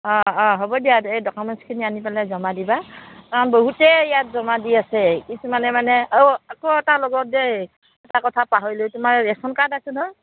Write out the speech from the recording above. অঁ অঁ হ'ব দিয়া এই ডকুমেণ্টছখিনি আনি পেলাই জমা দিবা বহুতে ইয়াত জমা দি আছে কিছুমানে মানে অঁ আকৌ এটা লগত দেই এটা কথা পাহৰি লৈ তোমাৰ ৰেচন কাৰ্ড আছে নহয়